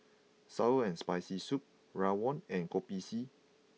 Sour and Spicy Soup Rawon and Kopi C